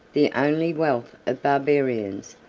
the only wealth of barbarians,